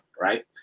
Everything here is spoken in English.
right